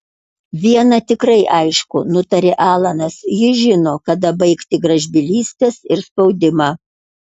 viena tikrai aišku nutarė alanas ji žino kada baigti gražbylystes ir spaudimą